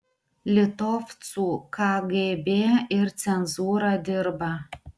litovcų kgb ir cenzūra dirba